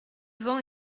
vent